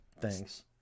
thanks